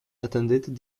attended